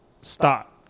stop